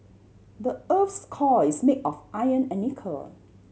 the earth's core is made of iron and nickel